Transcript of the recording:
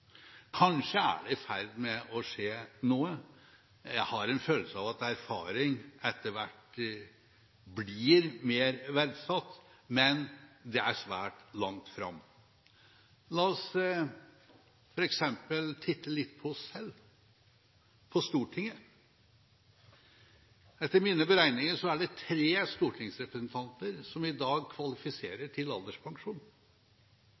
Kanskje er det i ferd med å skje noe – jeg har en følelse av at erfaring etter hvert blir mer verdsatt – men det er svært langt fram. La oss f.eks. titte litt på oss selv, på Stortinget. Etter mine beregninger er det tre stortingsrepresentanter som i dag